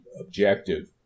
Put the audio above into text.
objective